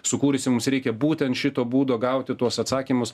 sukūrusi mums reikia būtent šito būdo gauti tuos atsakymus